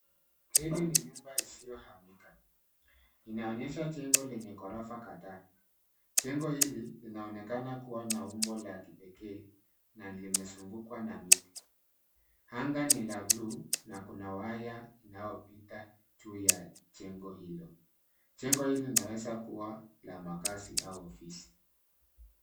Hili ni nyumba isiyo hamika ina onyesha jengo lenye ghorofa kadhaa, jengo hili lina onekana kuwa na umbo la kipekee na lime zungukwa na miti, anga ni la buluu na kuna waya inayo pita juu ya jengo hilo ,jengo hili linaweza kuwa la makazi au ofisi.